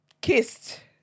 kissed